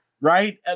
right